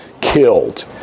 killed